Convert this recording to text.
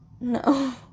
No